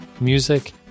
music